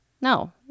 No